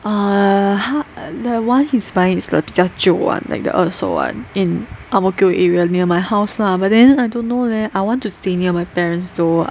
uh the one he's buying is the 比较旧 [one] like the 二手 [one] in Ang Mo Kio area near my house lah but then I don't know leh I want to stay near my parents though